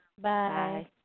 Bye